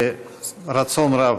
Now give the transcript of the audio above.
ברצון רב.